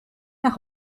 nach